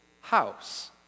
house